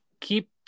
keep